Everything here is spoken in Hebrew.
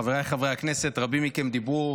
חבריי חברי הכנסת, רבים מכם דיברו